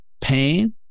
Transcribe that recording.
pain